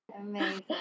amazing